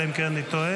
אלא אם כן אני טועה,